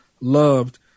loved